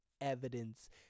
evidence